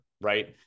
right